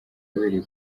wabereye